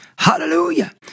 hallelujah